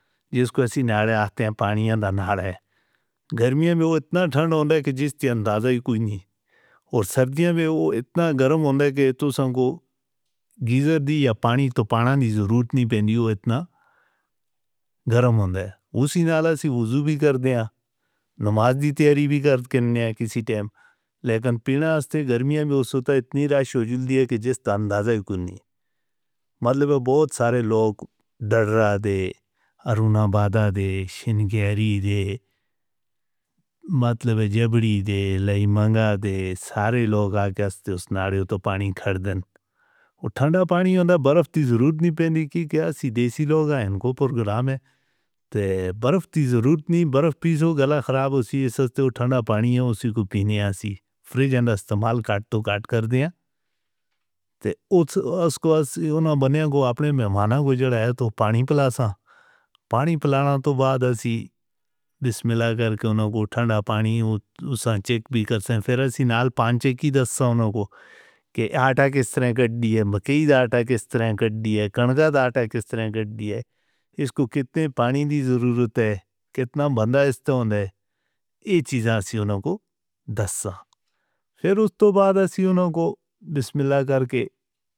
اس کو اسی نالے ہاتھیں پانی اندہ نہ رہے۔ گرمیوں میں وہ اتنا تھنڈ ہوتا ہے کہ جس کے اندازہ ہی کوئی نہیں۔ اور سردیوں میں وہ اتنا گرم ہوتا ہے کہ اتو سن کو گیزر دی یا پانی تو پانا دی ضرورت نہیں پینڈی۔ وہ اتنا گرم ہوتا ہے۔ اسی نالے سے وضوح بھی کرتے ہیں۔ نماز دی تیاری بھی کرتے ہیں کسی ٹائم۔ لیکن پینے ہاستے گرمیوں میں اس وقت اتنی راش ہو جاندی ہے کہ جس کا اندازہ ہی کوئی نہیں۔ مطلب ہے بہت سارے لوگ ڈڑھ رہے دے۔ ارمہ بادہ دے۔ شنگیری دے۔ مطلب ہے جبڑی دے۔ لیمنگہ دے۔ سارے لوگ آگے اس نالے تو پانی کھردن۔ وہ تھنڈا پانی ہوندا برف دی ضرورت نہیں پینڈی۔ دیسی لوگ ہیں ان کو پرگرام ہے۔ برف دی ضرورت نہیں۔ برف پیزو گلہ خراب ہوتی ہے۔ اس وقت تھنڈا پانی ہوندا۔ اسی کو پینے ہیں۔ فریج اندہ استعمال کٹ تو کٹ کر دیں۔ اس کو بنیاں کو اپنے مہمانہ گجر آئے تو پانی پلاسا۔ پانی پلانا تو بعد اسی بسم اللہ کر کے انہوں کو تھنڈا پانی سانچک بھی کر دیں۔ پھر اسی نال پانچا کی دسسا انہوں کو کہ آٹا کس طرح کٹ دی ہے۔ مکئی دا آٹا کس طرح کٹ دی ہے۔ کنڈا دا آٹا کس طرح کٹ دی ہے۔ اس کو کتنے پانی دی ضرورت ہے۔ کتنا بندہ اس سے ہوندے۔ یہ چیزاں اسی انہوں کو دسسا۔ پھر اس تو بعد اسی انہوں کو بسم اللہ کر کے.